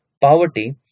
poverty